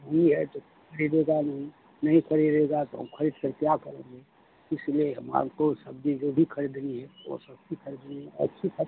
यही है जो खरीदेगा नहीं वही पड़े रहेगा तो हम खरीद कर क्या करेंगे इसलिये हमार को सब्जी जो भी खरीदनी है वो सब्जी खरदिनी है अच्छी सब्